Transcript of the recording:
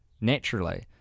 naturally